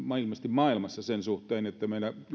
maailmassa sen suhteen että meidän julkinen